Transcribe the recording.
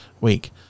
week